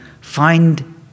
find